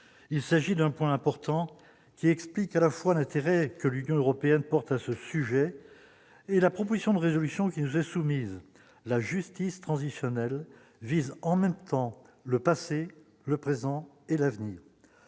il s'agit d'un point important qui explique à la fois l'intérêt que l'Union européenne porte à ce sujet et la proposition de résolution qui nous est soumise la justice transitionnelle vise en même temps le passé, le présent et l'avenir